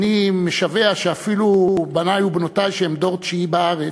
אני משווע שאפילו בני ובנותי, שהם דור תשיעי בארץ,